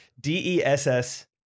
d-e-s-s